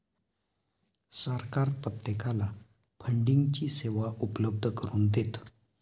सरकार प्रत्येकाला फंडिंगची सेवा उपलब्ध करून देतं